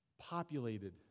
populated